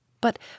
but